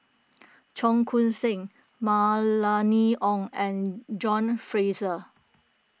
Cheong Koon Seng Mylene Ong and John Fraser